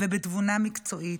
ובתבונה מקצועית.